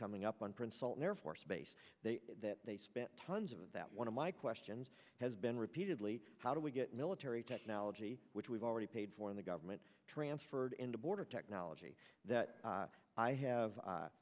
coming up on prince sultan air force base that they spent tons of that one of my questions has been repeatedly how do we get military technology which we've already paid for in the government transferred in the border technology that i have